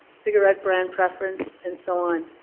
cigarette brand preference, and so on.